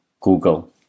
Google